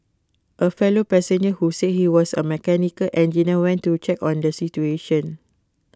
A fellow passenger who say he was A mechanical engineer went to check on the situation